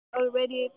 already